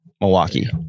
Milwaukee